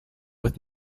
with